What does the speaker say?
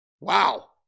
Wow